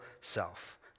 self